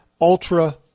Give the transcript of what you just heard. ultra